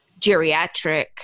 geriatric